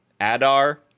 Adar